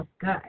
good